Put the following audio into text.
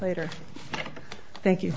later thank you